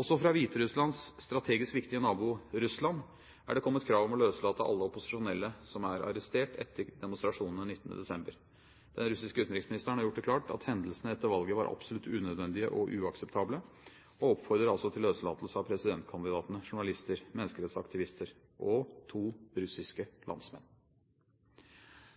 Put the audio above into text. Også fra Hviterusslands strategisk viktige nabo, Russland, er det kommet krav om å løslate alle opposisjonelle som er arrestert etter demonstrasjonene 19. desember. Den russiske utenriksministeren har gjort det klart at hendelsene etter valget var absolutt unødvendige og uakseptable, og oppfordrer altså til løslatelse av presidentkandidatene, journalister, menneskerettighetsaktivister – og to russiske landsmenn.